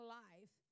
life